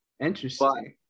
Interesting